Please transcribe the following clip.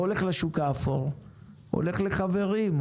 לא הולך לשוק האפור; הולך לחברים,